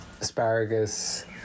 asparagus